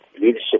leadership